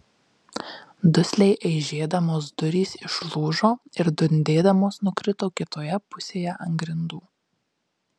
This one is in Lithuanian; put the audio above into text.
dusliai eižėdamos durys išlūžo ir dundėdamos nukrito kitoje pusėje ant grindų